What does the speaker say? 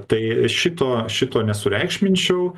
tai šito šito nesureikšminčiau